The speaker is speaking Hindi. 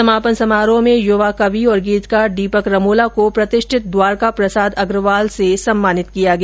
समापन समारोह में यूवा कवि और गीतकार दीपक रमोला को प्रतिष्ठित द्वारका प्रसाद अग्रवाल सम्मान से सम्मनित किया गया